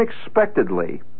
unexpectedly